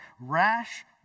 Rash